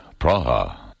Praha